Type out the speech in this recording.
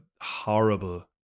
horrible